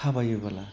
थाबायोबोला